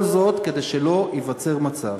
כל זאת כדי שלא ייווצר מצב